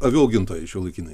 avių augintojai šiuolaikiniai